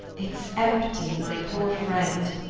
it's empty, my poor friend,